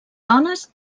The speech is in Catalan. dones